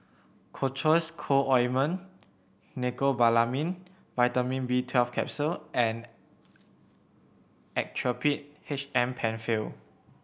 Cocois Co Ointment Mecobalamin Vitamin B twelve Capsule and Actrapid H M Penfill